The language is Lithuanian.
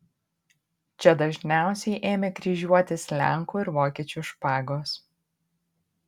čia dažniausiai ėmė kryžiuotis lenkų ir vokiečių špagos